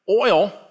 Oil